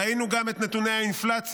ראינו גם את נתוני האינפלציה.